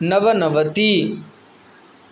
नवनवतिः